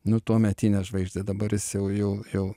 nu tuometinę žvaigždę dabar jis jau jau jau